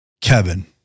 Kevin